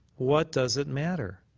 what does it matter?